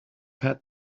had